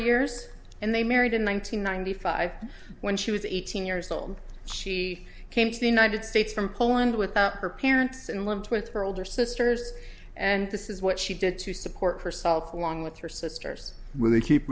years and they married in one nine hundred ninety five when she was eighteen years old she came to the united states from poland with her parents and lived with her older sisters and this is what she did to support herself along with her sisters when they keep